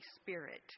Spirit